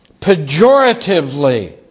pejoratively